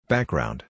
Background